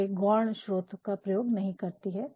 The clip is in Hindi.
ये गौड़ स्रोत का प्रयोग नहीं करती है